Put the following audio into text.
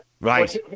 Right